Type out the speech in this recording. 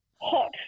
hot